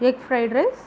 egg fried rice